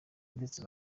ndetse